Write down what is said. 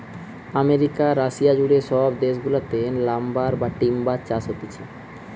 America, Russia জুড়ে সব দেশ গুলাতে লাম্বার বা টিম্বার চাষ হতিছে